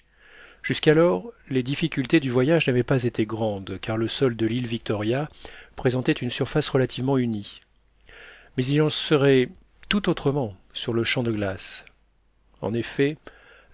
jusqu'alors les difficultés du voyage n'avaient pas été grandes car le sol de l'île victoria présentait une surface relativement unie mais il en serait tout autrement sur le champ de glace en effet